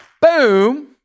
Boom